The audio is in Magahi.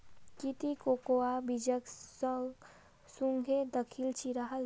की ती कोकोआ बीजक सुंघे दखिल छि राहल